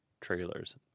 trailers